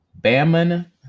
Baman